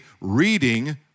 reading